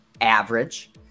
average